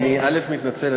אני מתנצל.